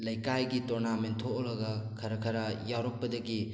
ꯂꯩꯀꯥꯏꯒꯤ ꯇꯣꯔꯅꯥꯃꯦꯟ ꯊꯣꯛꯂꯒ ꯈꯔ ꯈꯔ ꯌꯥꯎꯔꯛꯄꯗꯒꯤ